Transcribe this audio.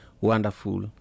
wonderful